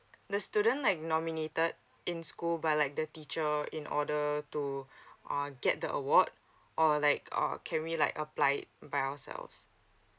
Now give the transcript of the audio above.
the student like nominated in school but like the teacher in order to uh get the award or like uh can we like apply it by ourselves